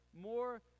more